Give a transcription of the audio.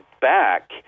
back